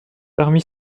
parmi